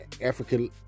African